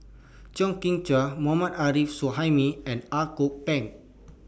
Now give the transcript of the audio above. Chew Kheng Chuan More mad Arif Suhaimi and Ang Kok Peng